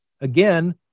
Again